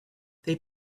they